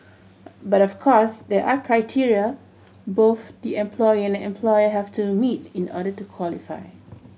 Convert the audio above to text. but of course there are criteria both the employee and employer have to meet in order to qualify